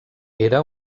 era